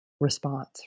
response